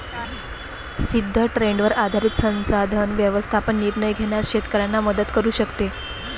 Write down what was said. सिद्ध ट्रेंडवर आधारित संसाधन व्यवस्थापन निर्णय घेण्यास शेतकऱ्यांना मदत करू शकते